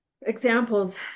examples